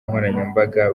nkoranyambaga